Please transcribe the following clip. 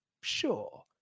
Sure